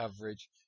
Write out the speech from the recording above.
coverage